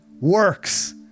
works